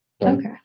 Okay